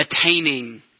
attaining